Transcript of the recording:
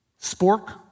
spork